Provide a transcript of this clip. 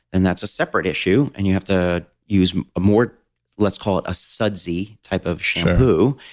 and that's a separate issue, and you have to use more let's call it a sudsy type of shampoo.